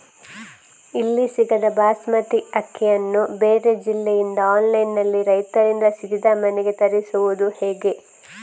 ಇಲ್ಲಿ ಸಿಗದ ಬಾಸುಮತಿ ಅಕ್ಕಿಯನ್ನು ಬೇರೆ ಜಿಲ್ಲೆ ಇಂದ ಆನ್ಲೈನ್ನಲ್ಲಿ ರೈತರಿಂದ ಸೀದಾ ಮನೆಗೆ ತರಿಸುವುದು ಹೇಗೆ?